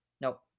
Nope